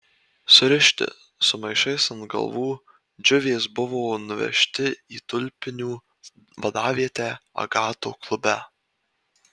surišti su maišais ant galvų džiuvės buvo nuvežti į tulpinių vadavietę agato klube